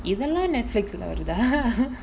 இதலா:ithulaa Nnetflix leh வருதா:varuthaa